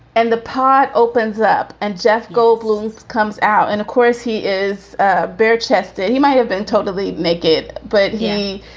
and the part opens up. and jeff goldblum comes out. and of course, he is ah bare chested. he might have been totally make it. but, yeah,